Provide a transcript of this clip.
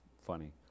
funny